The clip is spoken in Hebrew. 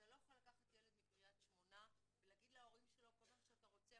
אתה לא יכול לקחת ילד מקרית שמונה ולהגיד להורים שלו שכל פעם שאתה רוצה,